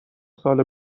سال